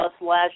last